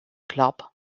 club